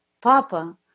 Papa